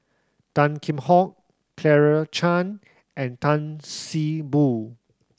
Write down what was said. Tan Kheam Hock Claire Chiang and Tan See Boo